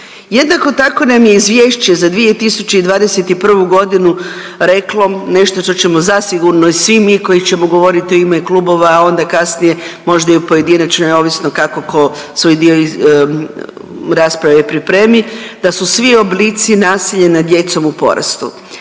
Jednako tako nam je izvješće za 2021.g. reklo nešto što ćemo zasigurno i svi mi koji ćemo govoriti u ime klubova, a onda kasnije možda i u pojedinačnoj ovisno kako ko svoj dio rasprave pripremi, da su svi oblici nasilja nad djecom u porastu,